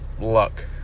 luck